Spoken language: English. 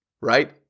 Right